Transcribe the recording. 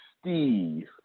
Steve